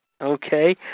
Okay